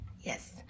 Yes